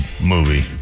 movie